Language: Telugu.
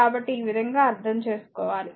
కాబట్టి ఈ విధంగా అర్థం చేసుకోవాలి